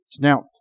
Now